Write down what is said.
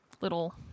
little